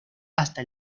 hasta